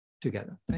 together